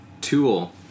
tool